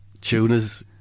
Tunas